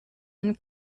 and